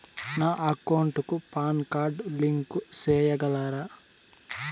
నా అకౌంట్ కు PAN card link సేయగలరా?